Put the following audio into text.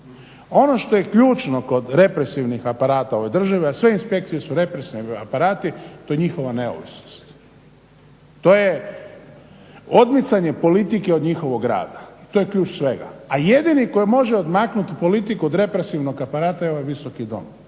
Ono što je ključno kod represivnih aparata u ovoj državi, a sve inspekcije su represivni aparati to je njihova neovisnost. To je odmicanje politike od njihovog rada i to je ključ svega. A jedini koji može odmaknuti politiku od represivnog aparata je ovaj Visoki dom.